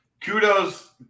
kudos